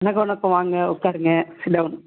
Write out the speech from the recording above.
வணக்கம் வணக்கம் வாங்க உக்காருங்க சிட் டவுன்